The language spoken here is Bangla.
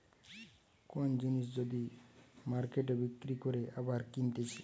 কোন জিনিস যদি মার্কেটে বিক্রি করে আবার কিনতেছে